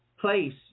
place